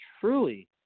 truly